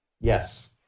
yes